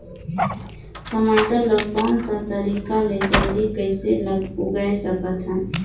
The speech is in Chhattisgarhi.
टमाटर ला कोन सा तरीका ले जल्दी कइसे उगाय सकथन?